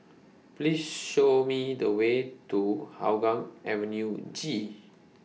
Please Show Me The Way to Hougang Avenue G